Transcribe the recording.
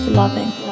loving